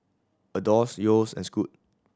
Adore Yeo's and Scoot